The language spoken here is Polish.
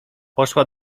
poszła